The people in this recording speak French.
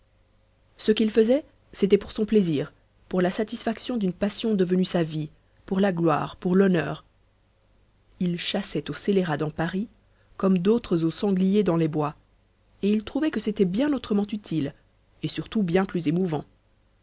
ce qu'il faisait c'était pour son plaisir pour la satisfaction d'une passion devenue sa vie pour la gloire pour l'honneur il chassait au scélérat dans paris comme d'autres au sanglier dans les bois et il trouvait que c'était bien autrement utile et surtout bien plus émouvant